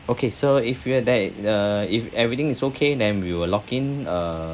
okay so if you were that uh if everything is okay then we will lock in uh